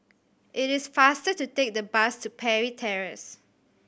it is faster to take the bus to Parry Terrace